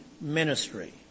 ministry